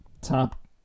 top